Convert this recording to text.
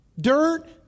Dirt